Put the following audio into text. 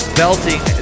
belting